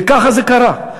וככה זה קרה.